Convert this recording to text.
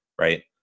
right